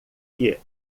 que